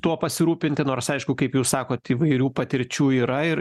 tuo pasirūpinti nors aišku kaip jūs sakot įvairių patirčių yra ir